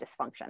dysfunction